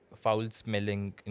foul-smelling